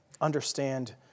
understand